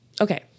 Okay